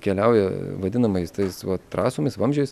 keliauja vadinamais tais va trasomis vamzdžiais